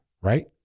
right